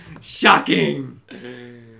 shocking